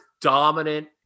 Dominant